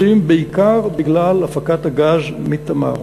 בעיקר בגלל הפקת הגז מ"תמר".